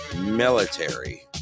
military